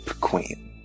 Queen